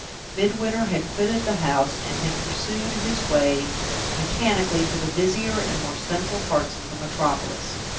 midwinter had quitted the house, and had pursued his way mechanically to the busier and more central parts of the metropolis.